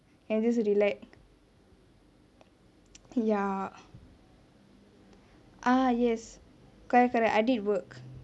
can just relax ya ah yes correct correct I did work